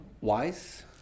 wise